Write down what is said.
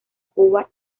cuba